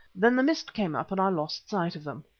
then the mist came up and i lost sight of them.